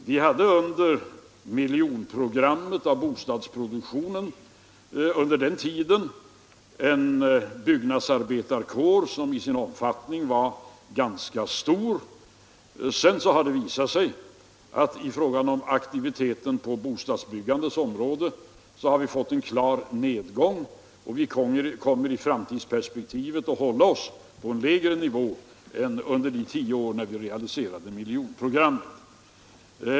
På den tiden miljonprogrammet för bostadsproduktionen pågick hade vi en byggnadsarbetarkår som i sin omfattning var ganska stor. Sedan har aktiviteten på bostadsbyggandets område visat en klar nedgång, och vi kommer i framtiden att hålla oss på lägre nivå än under de tio år då vi realiserade miljonprogrammet.